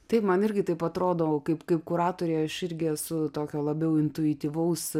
taip man irgi taip atrodo kaip kaip kuratorei aš irgi esu tokio labiau intuityvaus